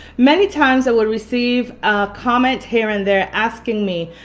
many times i would receive a comment here and there asking me,